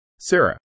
Sarah